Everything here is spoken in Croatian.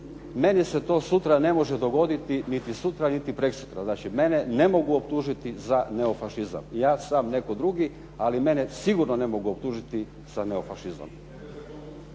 Meni se to sutra ne može dogoditi niti sutra nit preksutra. Znači, mene ne mogu optužiti za neofašizam. Ja sam netko drugi, ali mene sigurno ne mogu optužiti za neofašizam.